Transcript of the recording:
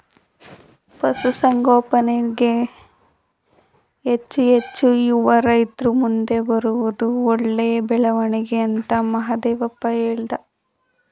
ಪಶುಸಂಗೋಪನೆಗೆ ಹೆಚ್ಚು ಹೆಚ್ಚು ಯುವ ರೈತ್ರು ಮುಂದೆ ಬರುತ್ತಿರುವುದು ಒಳ್ಳೆ ಬೆಳವಣಿಗೆ ಅಂತ ಮಹಾದೇವಪ್ಪ ಹೇಳ್ದ